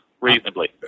reasonably